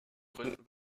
gründen